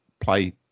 play